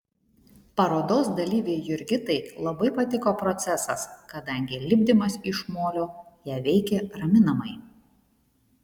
parodos dalyvei jurgitai labai patiko procesas kadangi lipdymas iš molio ją veikė raminamai